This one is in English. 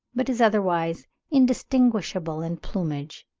but is otherwise indistinguishable in plumage.